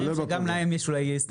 אולי גם להם יש הסתייגויות.